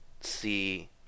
see